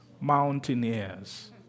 mountaineers